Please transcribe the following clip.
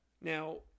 now